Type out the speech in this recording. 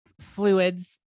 fluids